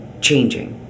changing